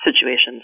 situations